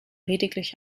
lediglich